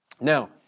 Now